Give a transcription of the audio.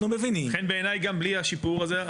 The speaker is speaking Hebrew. מבינים --- לכן בעיניי גם בלי השיפור הזה,